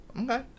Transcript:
Okay